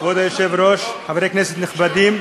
כבוד היושב-ראש, חברי כנסת נכבדים,